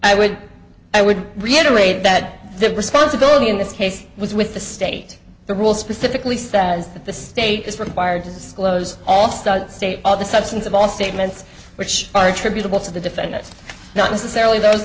i would i would reiterate that the responsibility in this case was with the state the rule specifically says that the state is required to disclose all state of the substance of all statements which are attributable to the defendant's not necessarily those